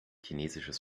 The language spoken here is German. chinesisches